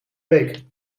week